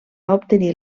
obtenir